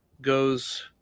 goes